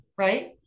Right